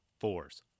force